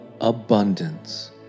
abundance